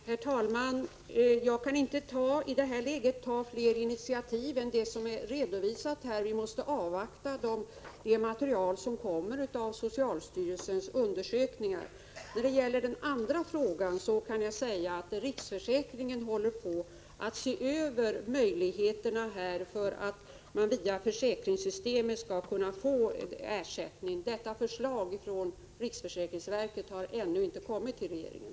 Herr talman! Jag kan inte i detta läge ta fler initiativ än vad som redovisats här. Vi måste avvakta det material som kommer ut av socialstyrelsens undersökningar. När det gäller den andra frågan kan jag säga att riksförsäkringsverket håller på att se över möjligheterna för att man via försäkringssystemet skall kunna få ersättning. Detta förslag från riksförsäkringsverket har ännu inte kommit till regeringen.